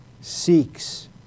seeks